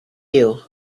you